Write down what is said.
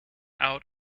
out